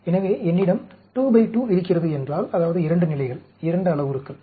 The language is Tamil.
எனவே என்னிடம் 2 பை 2 இருக்கிறது என்றால் அதாவது 2 நிலைகள் 2 அளவுருக்கள்